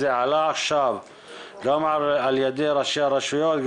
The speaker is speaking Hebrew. זה עלה עכשיו גם על ידי ראשי הרשויות,